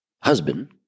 husband